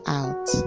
out